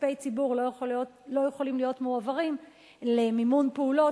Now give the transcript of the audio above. כספי ציבור לא יכולים להיות מועברים למימון פעולות